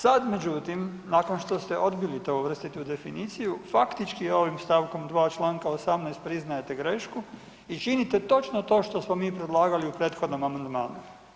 Sad međutim nakon što ste odbili to uvrstiti u definiciju, faktički ovim stavkom 2. čl. 18. priznajete grešku i činite točno to što smo mi predlagali u prethodnom amandmanu.